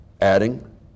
adding